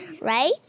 Right